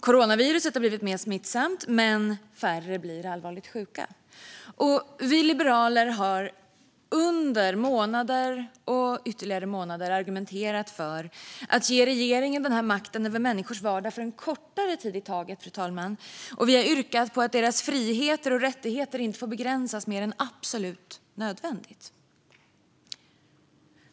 Coronaviruset har blivit mer smittsamt, men färre blir allvarligt sjuka. Vi liberaler har under månader argumenterat för att ge regeringen denna makt över människors vardag för en kortare tid i taget, fru talman. Och vi har yrkat på att deras friheter och rättigheter inte får begränsas mer än absolut nödvändigt.